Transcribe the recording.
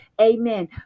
amen